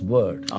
Word